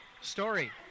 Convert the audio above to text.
Story